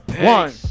One